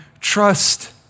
trust